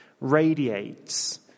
radiates